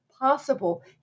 possible